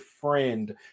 friend